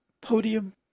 podium